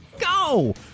go